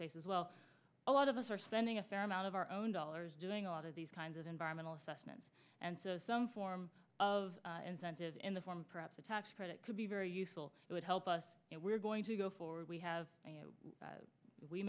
space as well a lot of us are spending a fair amount of our own dollars doing a lot of these kinds of environmental assessments and so some form of incentive in the form perhaps a tax credit could be very useful it would help us if we're going to go for we have